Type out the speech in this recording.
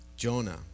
Jonah